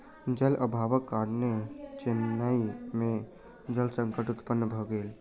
जल अभावक कारणेँ चेन्नई में जल संकट उत्पन्न भ गेल